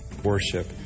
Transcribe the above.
worship